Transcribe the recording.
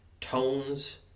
tones